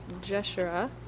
Jeshura